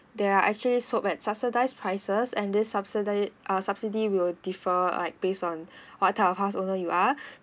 there are actually sold at subsidize prices and this subsidise uh subsidy will differ like based on what type of house owner you are